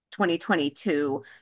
2022